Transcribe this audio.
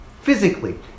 physically